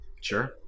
sure